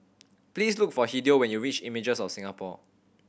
please look for Hideo when you reach Images of Singapore